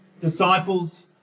disciples